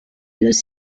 los